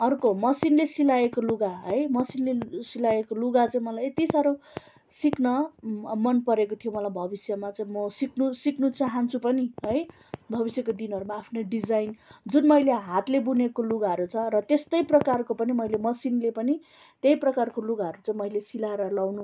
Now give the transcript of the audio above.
अर्को मसिनले सिलाएको लुगा है मसिनले सिलाएको लुगा चाहिँ मलाई यति साह्रो सिक्न मनपरेको थियो मलाई भविष्यमा चाहिँ म सिक्नु सिक्नु चाहन्छु पनि है भविष्यको दिनहरूमा आफ्नै डिजाइन जुन मैले हातले बुनेको लुगाहरू छ र त्यस्तै प्रकारको पनि मैले मसिनले पनि त्यही प्रकारको लुगाहरू चाहिँ मैले सिलाएर लाउनु